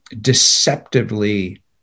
deceptively